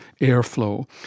airflow